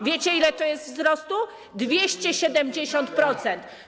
Wiecie, jaki to jest wzrost? 270%.